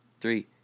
Three